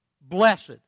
blessed